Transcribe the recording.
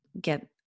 get